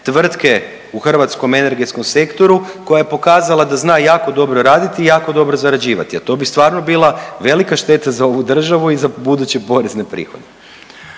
tvrtke u hrvatskom energetskom sektoru koja je pokazala da zna jako dobro raditi i jako dobro zarađivati, a to bi stvarno bila velika šteta za ovu državu i za buduće porezne prihode.